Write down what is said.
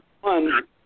One